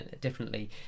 differently